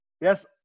yes